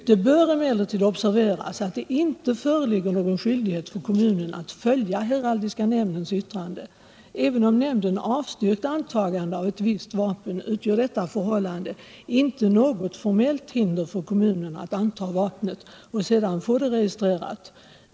Det bör emellertid observeras att det inte föreligger någon skyldighet för kommunen att följa heraldiska närandens yttrande. Även om nämnden avstyrkt antagande av ett visst vapen utgör detta förhållande inte något formellt hinder för kommunen att anta vapnet och att sedan få det registrerat.